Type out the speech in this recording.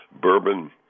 Bourbon